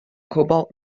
cobalt